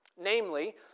Namely